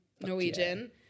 Norwegian